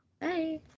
bye